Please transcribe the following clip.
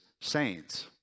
saints